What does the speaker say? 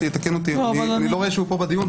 אני לא רואה שהוא פה בדיון,